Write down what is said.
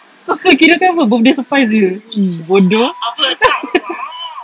kirakan apa birthday surprise dia bodoh